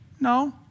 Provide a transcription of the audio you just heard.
No